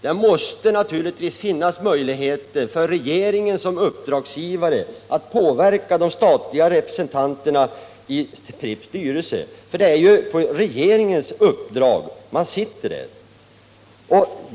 Det måste givetvis finnas möjligheter för regeringen som uppdragsgivare att påverka de statliga representanterna i Pripps styrelse. Det är ju på regeringens uppdrag de sitter där.